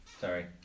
Sorry